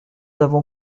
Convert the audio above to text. avons